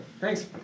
Thanks